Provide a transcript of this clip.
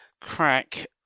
crack